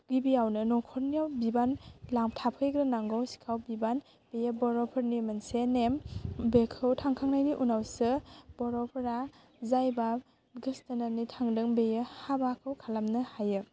गिबियावनो न'खरनियाव बिबान थाफैग्रोनांगौ सिखाव बिबान बेयो बर'फोरनि मोनसे नेम बेखौ थांखांनायनि उनावसो बर'फोरा जायबा गोसथोनानै थांदों बेयो हाबाखौ खालामनो हायो